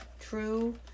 true